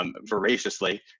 Voraciously